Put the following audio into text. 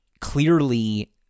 clearly